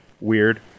weird